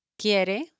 Quiere